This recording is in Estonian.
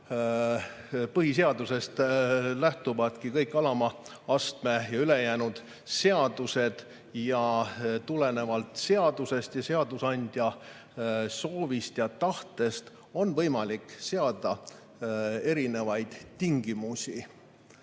Põhiseadusest lähtuvad kõik alama astme, kõik ülejäänud seadused. Tulenevalt seadusest ja seadusandja soovist ja tahtest on võimalik seada erinevaid tingimusi.